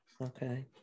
Okay